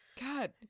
God